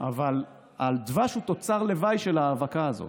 אבל דבש הוא תוצר לוואי של ההאבקה הזו.